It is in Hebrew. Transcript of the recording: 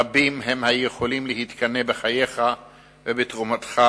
רבים הם היכולים להתקנא בחייך ובתרומתך.